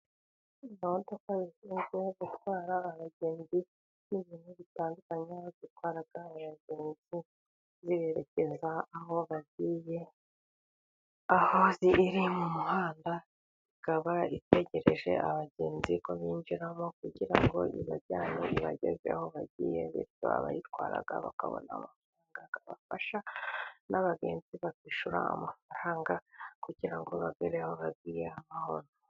Gahunda yo gutwara abagenzi n'ibintu bitandukanye itwara abagenzi bererekeza aho bagiye, aho iri mu muhanda ikaba itegereje abagenzi ko binjiramo kugira ngo ibajyane, ibageze aho bagiye bityo abayitwara bakabona amafaranga abafasha n'abagenzi bakishyura amafaranga kugira ngo bagere aho bagiye amahoro.